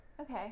okay